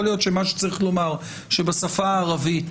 יכול להיות שמה שצריך לומר שבשפה הערבית